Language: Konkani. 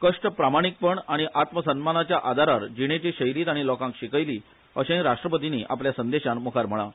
कष्ट प्रामाणिकपण आनी आत्मसन्मानाच्या आदारार जीणेची शैली तांणी लोकांक शिकयली अशेंय राष्ट्रपतींनी आपल्या संदेशान मुखार म्हळा